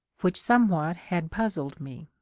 which somewhat had puzzled me.